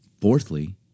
Fourthly